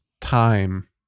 time